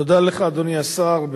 תודה לך, אדוני השר.